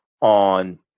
on